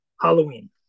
Halloween